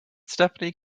stephanie